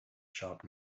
sharp